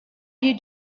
you